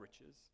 riches